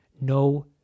no